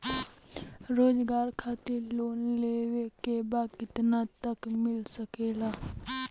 रोजगार खातिर लोन लेवेके बा कितना तक मिल सकेला?